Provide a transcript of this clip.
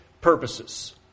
purposes